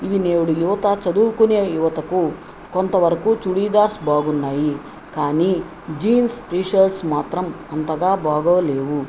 ఇవి నేడు యువత చదువుకునే యువతకు కొంతవరకు చుడిదార్స్ బాగున్నాయి కానీ జీన్స్ టీషర్ట్స్ మాత్రం అంతగా బాగోలేవు